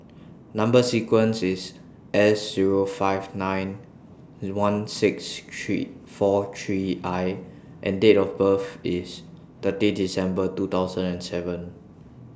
Number sequence IS S Zero five nine one six three four three I and Date of birth IS thirty December two thousand and seven